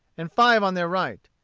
and five on their right.